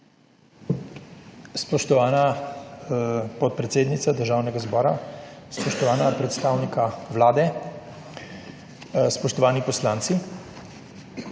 Spoštovana podpredsednica Državnega zbora, spoštovana predstavnika Vlade, spoštovani poslanci!